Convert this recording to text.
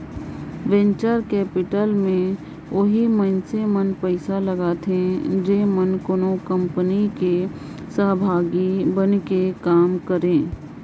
venture capital में ओही मइनसे मन पइसा लगाथें जेमन कोनो कंपनी कर सहभागी बइन के काम करें